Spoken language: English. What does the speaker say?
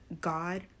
God